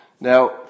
Now